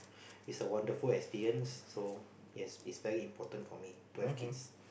is a wonderful experience so yes it's very important for me to have kids